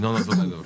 ינון אזולאי, בבקשה.